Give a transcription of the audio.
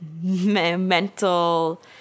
mental